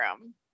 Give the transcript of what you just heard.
room